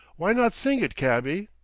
why not sing it, cabby?